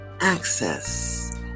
access